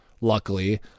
luckily